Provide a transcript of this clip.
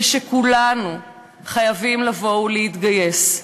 ושכולנו חייבים לבוא ולהתגייס.